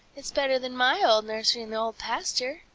it's better than my old nursery in the old pasture,